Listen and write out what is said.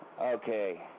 okay